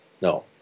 no